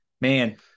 Man